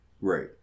Right